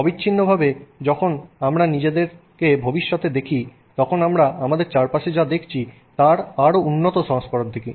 অবিচ্ছিন্ন ভাবে যখন আমরা নিজেদেরকে ভবিষ্যতে দেখি তখন আমরা আমাদের চারপাশে যা দেখছি তার আরো উন্নত সংস্করণ দেখি